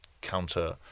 counter